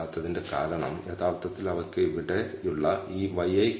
β1 ന്റെ യഥാർത്ഥ അജ്ഞാത മൂല്യം മീൻ ആണ് വേരിയൻസ് σ യുമാണ്